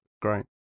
Great